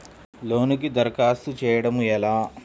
లోనుకి దరఖాస్తు చేయడము ఎలా?